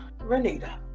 Renita